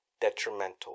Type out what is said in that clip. detrimental